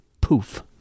Poof